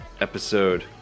episode